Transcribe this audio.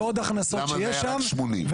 ועוד הכנסות שיש שם,